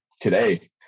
today